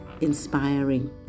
inspiring